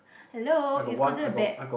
hello it's considered bad